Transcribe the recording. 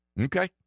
okay